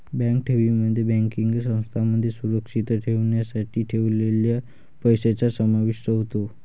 bank ठेवींमध्ये banking संस्थांमध्ये सुरक्षित ठेवण्यासाठी ठेवलेल्या पैशांचा समावेश होतो